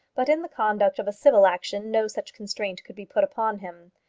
but in the conduct of a civil action no such constraint could be put upon him.